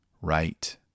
Right